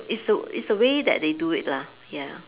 is the is the way that they do it lah ya